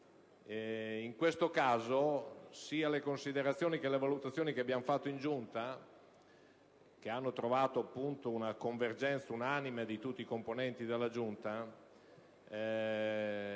in questo caso sia le considerazioni sia le valutazioni che abbiamo fatto in Giunta, che hanno trovato una convergenza unanime di tutti i componenti di questa,